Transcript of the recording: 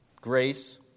grace